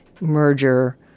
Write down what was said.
merger